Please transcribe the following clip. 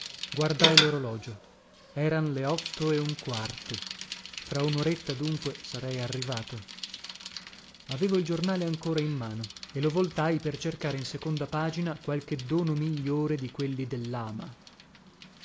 guardai lorologio eran le otto e un quarto fra unoretta dunque sarei arrivato avevo il giornale ancora in mano e lo voltai per cercare in seconda pagina qualche dono migliore di quelli